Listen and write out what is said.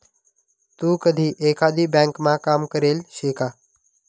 तू कधी एकाधी ब्यांकमा काम करेल शे का?